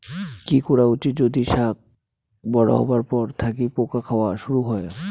কি করা উচিৎ যদি শাক বড়ো হবার পর থাকি পোকা খাওয়া শুরু হয়?